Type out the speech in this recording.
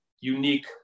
unique